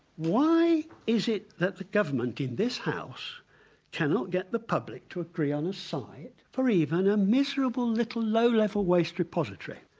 why is it that the government in this house cannot get the public to agree on a site for even a miserable little low-level waste repository.